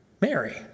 Mary